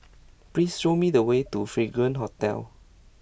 please show me the way to Fragrance Hotel